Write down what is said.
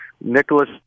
Nicholas